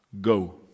go